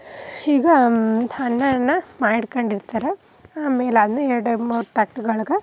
ಹೀಗೆ ಅನ್ನನ ಮಾಡ್ಕೊಂಡಿರ್ತಾರ ಆಮೇಲೆ ಅಲ್ಲೂ ಎರ್ಡು ಮೂರು ತಟ್ಗಳ್ಗೆ